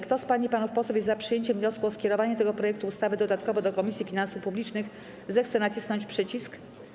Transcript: Kto z pań i panów posłów jest za przyjęciem wniosku o skierowanie tego projektu ustawy dodatkowo do Komisji Finansów Publicznych, zechce nacisnąć przycisk.